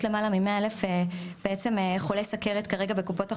יש למעלה מ-100 אלף חולי סוכרת כרגע בקופות החולים,